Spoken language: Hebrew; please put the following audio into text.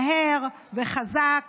מהר וחזק